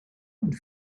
und